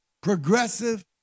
progressive